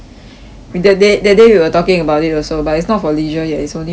we that day that day we were talking about it also but it's not for leisure yet it's only for business